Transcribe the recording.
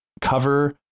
cover